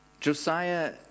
Josiah